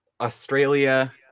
Australia